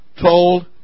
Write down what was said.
told